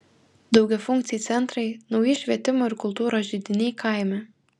daugiafunkciai centrai nauji švietimo ir kultūros židiniai kaime